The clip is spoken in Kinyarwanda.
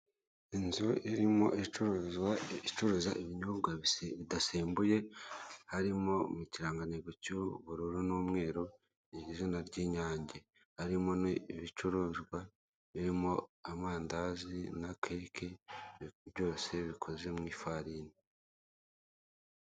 Inzu irimo icururizwa icuruza ibinyobwa bidasembuye, harimo ikirangantego cy'ubururu n'umweru, izina ry'inyange. Harimo n'ibicuruzwa birimo amandazi na keke byose bikoze mu ifarini.